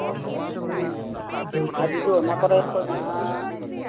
ᱟᱨ ᱡᱚᱫᱤ ᱚᱱᱟ ᱠᱚᱨᱮ ᱠᱚ ᱧᱟᱢᱚᱜ